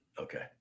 Okay